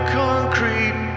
concrete